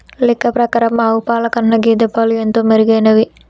లెక్క ప్రకారం ఆవు పాల కన్నా గేదె పాలు ఎంతో మెరుగైనవి